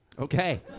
Okay